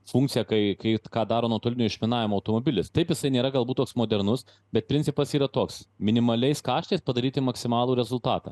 funkciją kai kai ką daro nuotolinio išminavimo automobilis taip jisai nėra galbūt toks modernus bet principas yra toks minimaliais kaštais padaryti maksimalų rezultatą